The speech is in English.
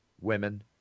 women